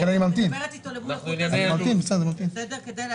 אבל אני יודע שלפחות חלק מהדברים אתם לא מאשרים כהכשרה,